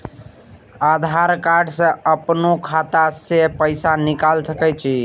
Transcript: आधार कार्ड से अपनो खाता से पैसा निकाल सके छी?